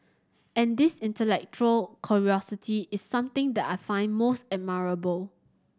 and this intellectual curiosity is something that I find most admirable